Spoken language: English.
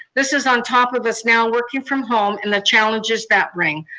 this is on top of us now working from home and the challenging that bring.